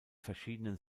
verschiedenen